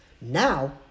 Now